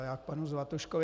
Já k panu Zlatuškovi.